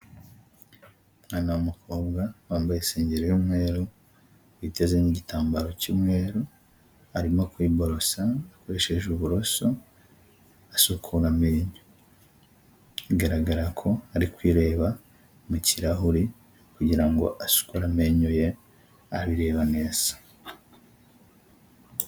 Umwana w'umukobwa wambaye isengeri y'umweru yiteze n'igitambaro cy'umweru, arimo kwiborosa akoresheje uburoso asukura amenyo, bigaragara ko ari kwireba mu kirahuri kugira ngo asukure amenyo ye arebe neza.